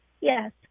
Yes